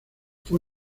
fue